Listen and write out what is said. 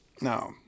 No